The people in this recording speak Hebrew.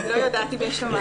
אני לא יודעת אם יש לו מאגר.